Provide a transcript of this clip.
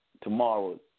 tomorrow